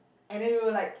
and then we were like